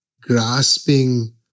grasping